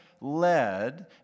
led